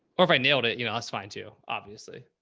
or if i nailed it, you know, that's fine too, obviously.